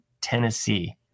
Tennessee